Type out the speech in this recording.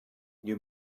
you